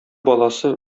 баласы